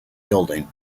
building